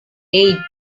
eight